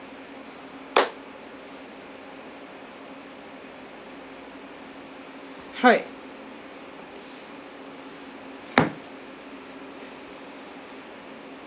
hi